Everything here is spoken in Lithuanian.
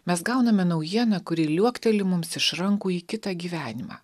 mes gauname naujieną kuri liuokteli mums iš rankų į kitą gyvenimą